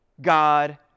God